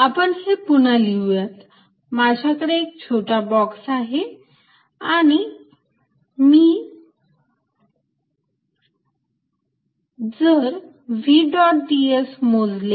vx∂xy∂yz∂zxvxyvyzvzvx∂xvy∂yvz∂z आपण हे पुन्हा लिहूयात माझ्याकडे एक छोटा बॉक्स आहे आणि मी जर v डॉट ds मोजले